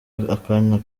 akanya